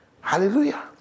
Hallelujah